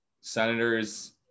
Senators